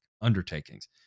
undertakings